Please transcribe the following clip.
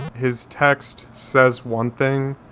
his text says one thing.